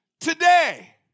today